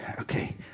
Okay